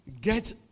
get